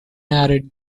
added